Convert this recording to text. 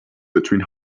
between